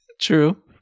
True